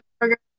burger